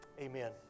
Amen